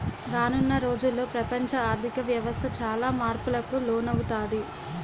రానున్న రోజుల్లో ప్రపంచ ఆర్ధిక వ్యవస్థ చాలా మార్పులకు లోనవుతాది